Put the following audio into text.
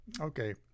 Okay